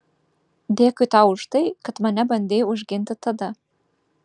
dėkui tau už tai kad mane bandei užginti tada